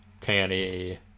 Tanny